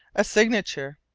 a signature,